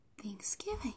Thanksgiving